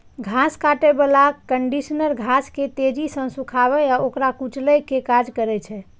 घास काटै बला कंडीशनर घास के तेजी सं सुखाबै आ ओकरा कुचलै के काज करै छै